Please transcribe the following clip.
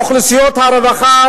אוכלוסיות הרווחה,